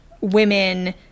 women